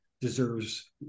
deserves